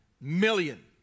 million